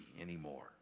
anymore